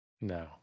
no